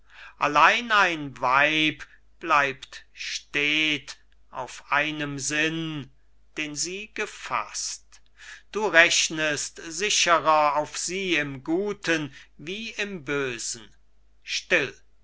allein ein weib bleibt stät auf einem sinn den sie gefaßt du rechnest sicherer auf sie im guten wie im bösen still